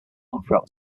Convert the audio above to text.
throughout